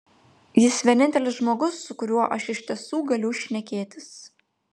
jis vienintelis žmogus su kuriuo aš iš tiesų galiu šnekėtis